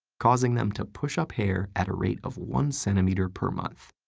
causing them to push up hair at a rate of one centimeter per month.